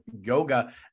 yoga